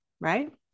right